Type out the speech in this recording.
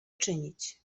czynić